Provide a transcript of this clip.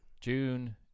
June